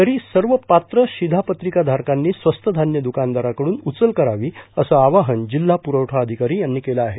तरी सर्व पात्र शिघापत्रिकाधारकांनी स्वस्त धान्य दुकानदाराकडून उचल करावी असं आवाहन जिल्हा पुरवठा अधिकारी यांनी केलं आहे